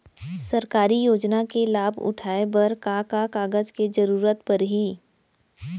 सरकारी योजना के लाभ उठाए बर का का कागज के जरूरत परही